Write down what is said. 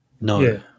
No